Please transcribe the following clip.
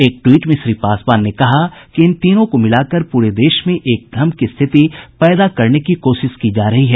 एक ट्वीट में श्री पासवान ने कहा कि इन तीनों को मिलाकर पूरे देश में एक भ्रम की स्थिति पैदा करने की कोशिश की जा रही है